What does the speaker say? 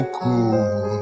cool